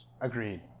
Agreed